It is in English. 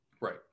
Right